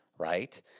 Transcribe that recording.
right